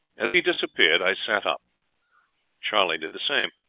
as he disappeared i sat up charley did the same.